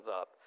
up